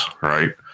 right